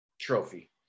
trophy